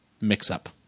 mix-up